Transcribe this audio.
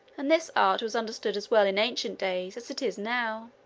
and this art was understood as well in ancient days as it is now.